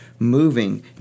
moving